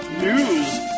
news